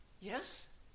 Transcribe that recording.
Yes